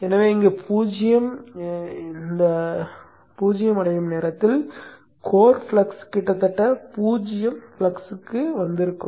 எனவே இங்கே 0 ஐ அடையும் நேரத்தில் கோர் ஃப்ளக்ஸ் கிட்டத்தட்ட 0 ஃப்ளக்ஸ்க்கு வந்திருக்கும்